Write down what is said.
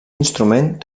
instrument